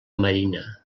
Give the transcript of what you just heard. marina